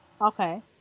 Okay